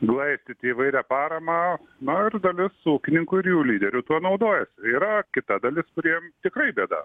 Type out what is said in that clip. glaistyti įvairia parama nu ir dalis ūkininkų ir jų lyderių tuo naudojasi yra kita dalis kuriem tikrai bėda